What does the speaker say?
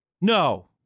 No